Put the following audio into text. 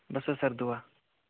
بَس حظ سر دُعا